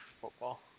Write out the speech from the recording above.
football